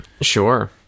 Sure